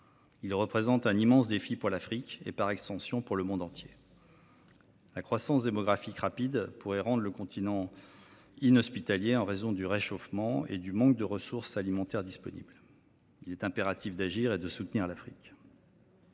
il représente un immense défi pour l’Afrique et, par extension, pour le monde entier. La croissance démographique rapide pourrait rendre le continent inhospitalier en raison du réchauffement climatique et du manque de ressources alimentaires disponibles. Il est impératif d’agir et de soutenir l’Afrique.